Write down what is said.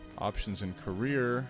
options and career